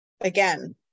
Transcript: again